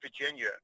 Virginia